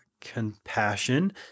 compassion